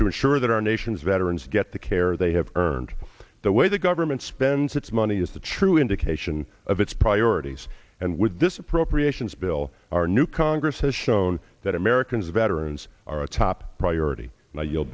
to ensure that our nation's veterans get the care they have earned the way the government spends its money is the true indication of its priorities and with this appropriations bill our new congress has shown that americans veterans are a top priority and you'll